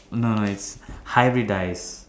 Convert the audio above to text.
no no it's hybridise